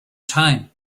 time